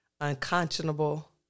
unconscionable